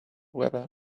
whether